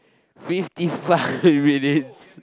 fifty five minutes